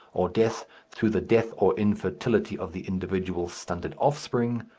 or death through the death or infertility of the individual's stunted offspring,